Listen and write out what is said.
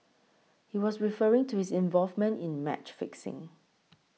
he was referring to his involvement in match fixing